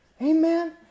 Amen